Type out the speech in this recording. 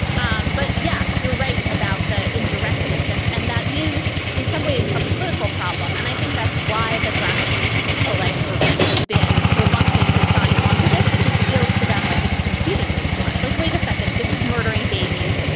um but yes, you're right about the indirectness, and and that is in some ways a political problem. and i think that's why the grassroots pro-life movement has been reluctant to sign onto this. it just feels to them like it's conceding way too much, like, wait a second, this is murdering babies.